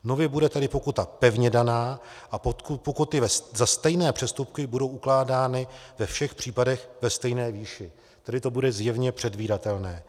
Nově bude tedy pokuta pevně daná a pokuty za stejné přestupky budou ukládány ve všech případech ve stejné výši, tedy to bude zjevně předvídatelné.